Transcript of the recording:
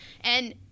And-